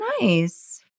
nice